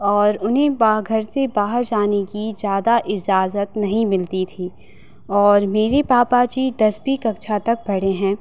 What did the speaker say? और उन्हें बा घर से बाहर जाने की ज़्यादा इजाज़त नहीं मिलती थी और मेरे पापा जी दसवीं कक्षा तक पढ़े हैं